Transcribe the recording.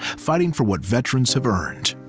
fighting for what veterans have earned.